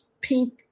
pink